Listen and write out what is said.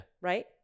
Right